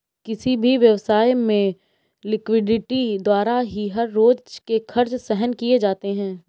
किसी भी व्यवसाय में लिक्विडिटी द्वारा ही हर रोज के खर्च सहन किए जाते हैं